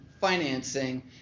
financing